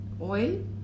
oil